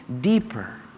deeper